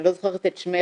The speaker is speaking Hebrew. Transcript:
אני לא זוכרת את שמך,